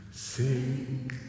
sing